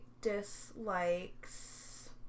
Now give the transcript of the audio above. dislikes